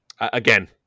again